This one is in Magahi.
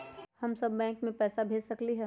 हम सब बैंक में पैसा भेज सकली ह?